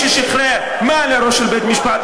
מי ששחרר מעל הראש של בית-המשפט,